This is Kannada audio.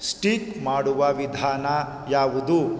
ಸ್ಟೀಕ್ ಮಾಡುವ ವಿಧಾನ ಯಾವುದು